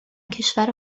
کشور